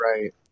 Right